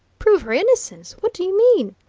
prove her innocence? what do you mean?